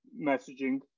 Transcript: messaging